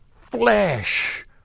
flesh